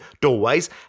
doorways